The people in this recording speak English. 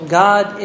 god